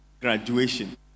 graduation